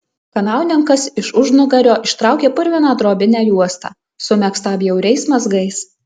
kanauninkas iš užnugario ištraukė purviną drobinę juostą sumegztą bjauriais mazgais